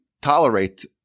tolerate